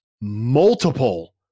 multiple